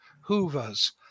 hoovers